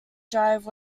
drive